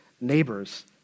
neighbors